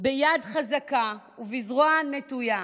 ביד חזקה ובזרוע נטויה,